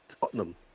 Tottenham